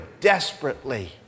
desperately